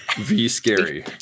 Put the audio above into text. V-scary